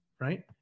right